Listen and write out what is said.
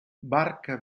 barca